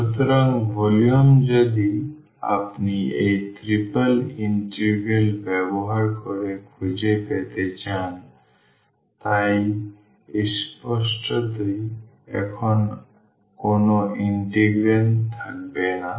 সুতরাং ভলিউম যদি আপনি এই ট্রিপল ইন্টিগ্রাল ব্যবহার করে খুঁজে পেতে চান তাই স্পষ্টতই এখন কোনও ইন্টিগ্রান্ড থাকবে না